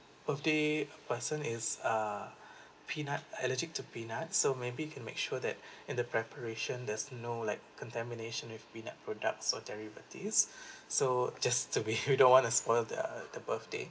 birthday person is uh peanut allergic to peanuts so maybe can make sure that in the preparation there's no like contamination with peanut products as well derivatives so just to be who don't want to spoil on their the birthday